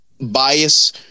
bias